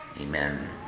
amen